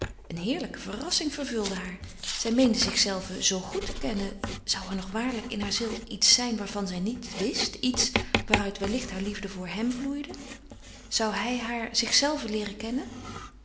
een heerlijke verrassing vervulde haar zij meende zichzelve zoo goed te kennen zou er nog waarlijk in haar ziel iets zijn waarvan zij niet wist iets waaruit wellicht haar liefde voor hem vloeide zou hij haar zichzelve leeren kennen